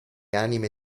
anime